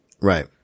Right